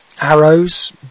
arrows